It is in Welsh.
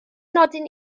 nodyn